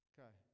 Okay